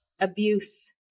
abuse